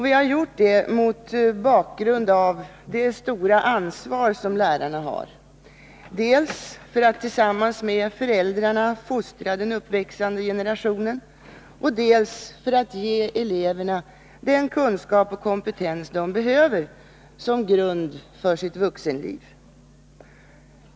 Vi har gjort det mot bakgrund av det stora ansvar som lärarna har, dels för att tillsammans med föräldrarna fostra den uppväxande generationen, dels för att ge eleverna den kunskap och kompetens de behöver som grund för sitt vuxenliv.